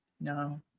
No